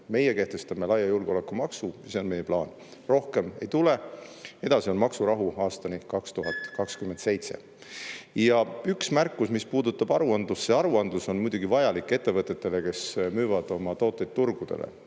Meie kehtestame laia julgeolekumaksu ja see on meie plaan. Rohkem ei tule. Edasi on maksurahu aastani 2027. Üks märkus, mis puudutab aruandlust. See aruandlus on muidugi vajalik ettevõtetele, kes müüvad oma tooteid turgudele.